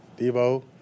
Debo